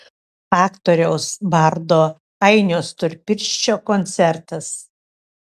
aktoriaus bardo ainio storpirščio koncertas